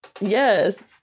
Yes